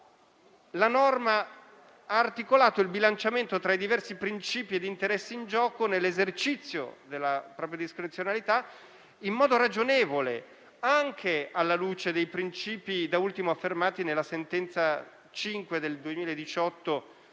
la norma ha articolato il bilanciamento tra i diversi principi ed interessi in gioco nell'esercizio della propria discrezionalità in modo ragionevole, anche alla luce dei principi da ultimo affermati nella sentenza n. 5 del 2018